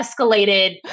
escalated